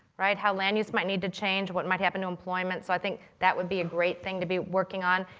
how land use might need to change, what might happen to employment. so i think that would be a great thing to be working on.